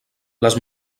les